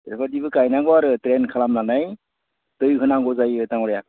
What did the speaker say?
बेबायदिबो गायनांगौ आरो ड्रेन खालामनानै दै होनांगौ जायो डाङ'रिया